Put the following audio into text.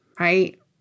right